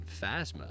Phasma